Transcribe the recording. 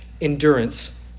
endurance